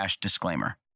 disclaimer